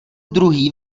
druhý